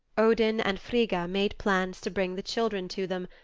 odin and frigga made plans to bring the children to them,